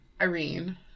Irene